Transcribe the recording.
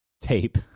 Tape